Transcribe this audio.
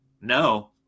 No